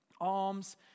alms